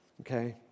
Okay